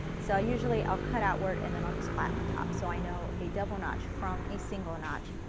so usually, i'll cut outward and then i'll just flatten the top so i know a double notch from a single notch.